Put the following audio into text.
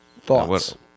Thoughts